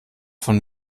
von